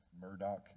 Murdoch